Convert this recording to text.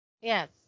Yes